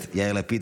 יאיר לפיד,